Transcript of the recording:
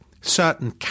certain